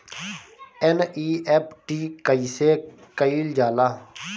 NEFT कइसे कइल जाला?